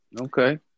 okay